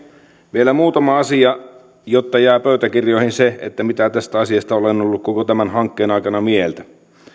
vielä muutama asia jotta jää pöytäkirjoihin se mitä tästä asiasta olen ollut koko tämän hankkeen ajan mieltä